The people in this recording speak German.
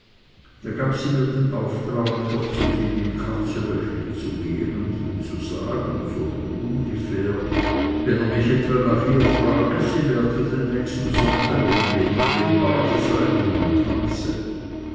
da gab sie mir den auftrag doch zu dem im katzenlöchli zu gehen und ihm zu sagen so von ungefähr wenn er mich etwa nach ihr frage sie werde den nächsten sonntag in dem und dem bade sein wo man tanze